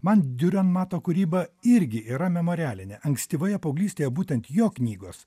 man diurenmato kūryba irgi yra memorialinė ankstyvoje paauglystėje būtent jo knygos